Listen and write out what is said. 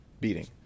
beating